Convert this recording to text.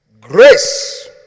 grace